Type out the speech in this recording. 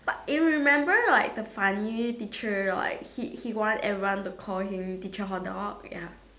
but you remember that the funny teacher like he he want everyone to call him teacher hot dog ya